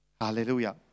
Hallelujah